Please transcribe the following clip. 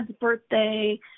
birthday